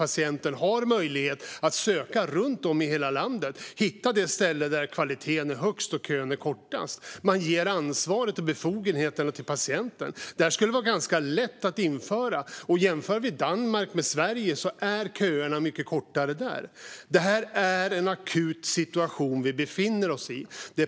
Patienterna har alltså möjlighet att söka runt om i hela landet efter ett ställe där kvaliteten är högst och kön kortast. Man ger ansvaret och befogenheterna till patienten. Det här skulle vara ganska lätt att införa. Vi befinner oss i en akut situation.